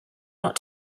not